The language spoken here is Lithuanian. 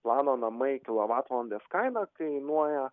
plano namai kilovatvalandės kaina kainuoja